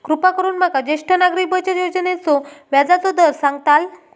कृपा करून माका ज्येष्ठ नागरिक बचत योजनेचो व्याजचो दर सांगताल